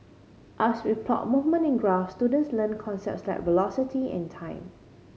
as we plot movement in graph students learn concepts like velocity and time